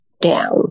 down